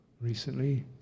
recently